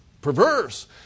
perverse